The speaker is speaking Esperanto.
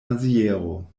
maziero